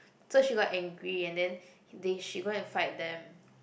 so she got angry and then they she go and fight them